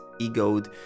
egoed